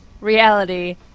Reality